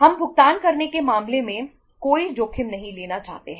हम भुगतान करने के मामले में कोई जोखिम नहीं लेना चाहते हैं